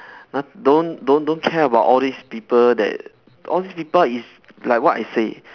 not~ don't don't don't care about all these people that all these people is like what I say